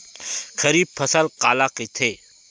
खरीफ फसल काला कहिथे?